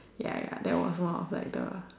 ya ya that was one of like the